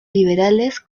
liberales